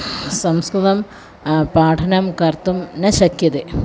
संस्कृतं पाठनं कर्तुं न शक्यते